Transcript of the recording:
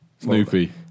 Snoopy